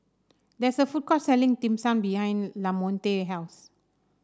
there is a food court selling Dim Sum behind Lamonte house